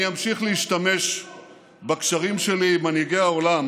אני ממשיך להשתמש בקשרים שלי עם מנהיגי העולם